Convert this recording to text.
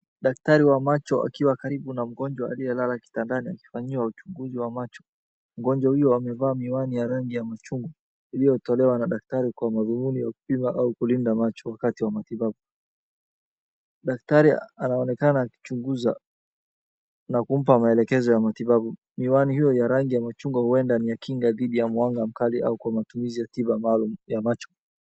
Daktari wa macho akiwa karibu na mgonjwa aliyelala kitandani akifanyiwa uchunguzi wa macho. Mgonjwa huyo amevaa miwani ya rangi ya machungwa, iliyotolewa na daktari kwa madhumuni ya ukinga au kulinda macho wakati wa matibabu. Daktari anaonekana akichunguza, na kumpa maelekezo ya matibabu. Miwani hiyo ya machungwa huenda ni ya kinga dhidi ya mwanga mkali au kwa matumizi ya kinga maalum ya macho.